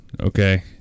Okay